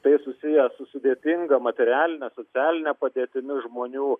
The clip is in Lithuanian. tai susiję su sudėtinga materialine socialine padėtimi žmonių